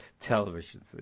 television